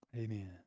amen